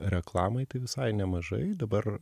reklamai tai visai nemažai dabar